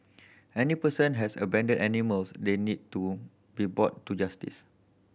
any person has abandoned animals they need to be brought to justice